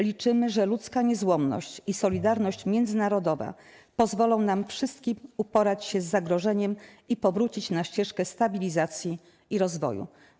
Liczymy, że ludzka niezłomność i solidarność międzynarodowa pozwolą nam wszystkim uporać się z zagrożeniem i powrócić na ścieżkę stabilizacji i rozwoju”